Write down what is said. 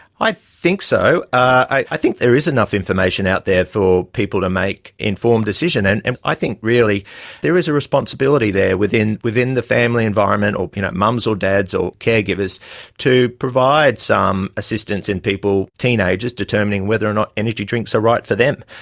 i think so. i think there is enough information out there for people to make informed decisions, and and i think really there is a responsibility there within within the family environment or you know mums or dads or caregivers to provide some assistance in people, teenagers, determining whether or not energy drinks are right for them.